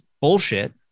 bullshit